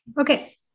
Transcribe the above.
Okay